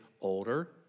older